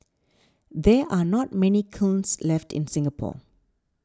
there are not many kilns left in Singapore